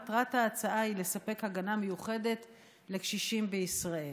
מטרת ההצעה היא לספק הגנה מיוחדת לקשישים בישראל.